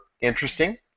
interesting